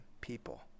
people